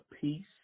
peace